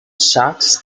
shocks